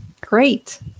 Great